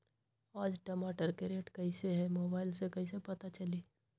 आज टमाटर के रेट कईसे हैं मोबाईल से कईसे पता चली?